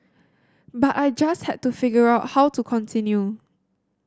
but I just had to figure out how to continue